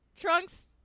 Trunks